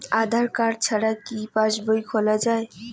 আধার card ছাড়া কি পাসবই খোলা যায়?